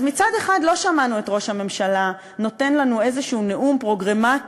אז מצד אחד לא שמענו את ראש הממשלה נותן לנו איזה נאום פרוגרמטי,